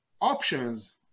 options